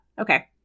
Okay